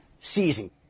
season